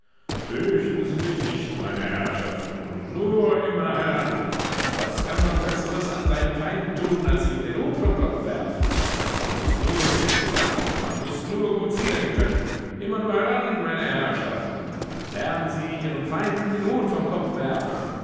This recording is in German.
fürchten sie sich nicht meine herrschaften nur immer heran was kann man besseres an seinen feinden tun als ihnen den hut vom kopf werfen man muß nur geschickt sein man muß nur gut zielen können immer nur heran meine herrschaften lernen sie ihren feinden den hut vom kopf werfen